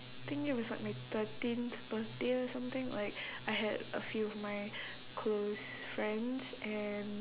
think it was like my thirteenth birthday or something like I had a few of my close friends and